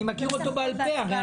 אני מכיר אותו בעל פה.